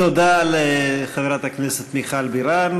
תודה לחברת הכנסת מיכל בירן.